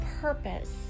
purpose